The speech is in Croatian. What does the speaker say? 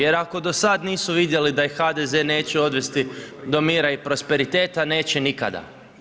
Jer ako do sada nisu vidjeli da ih HDZ neće odvesti do mira i prosperiteta neće nikada.